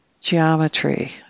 geometry